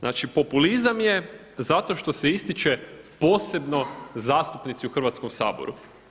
Znači, populizam je zato što se ističe posebno zastupnici u Hrvatskom saboru.